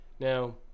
Now